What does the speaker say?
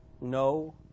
no